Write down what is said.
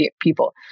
people